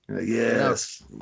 yes